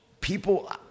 people